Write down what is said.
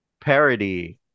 Parody